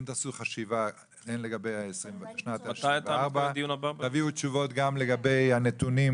תעשו חשיבה הן לגבי שנת 2024. תביאו תשובות גם לגבי הנתונים